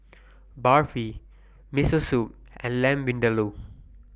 Barfi Miso Soup and Lamb Vindaloo